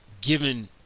given